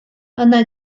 она